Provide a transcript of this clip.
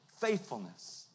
Faithfulness